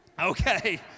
Okay